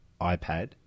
iPad